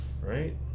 right